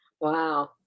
Wow